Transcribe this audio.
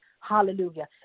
Hallelujah